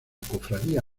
cofradía